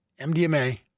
MDMA